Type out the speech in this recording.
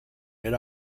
mid